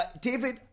David